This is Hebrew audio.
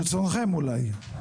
כרצונכם, אולי.